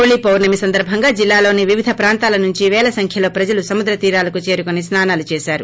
హోతీ పౌర్ణమి సందర్బంగా జిల్లాలోని వివిధ ప్రాంతాల నుంచి పేల సంఖ్యలో ప్రజలు సముద్ర తీరాలకు చేరుకుని స్పానాలు చేశారు